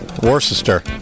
Worcester